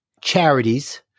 charities